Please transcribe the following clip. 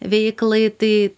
veiklai tai